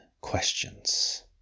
questions